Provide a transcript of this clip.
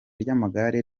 ry’amagare